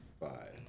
five